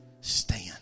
Stand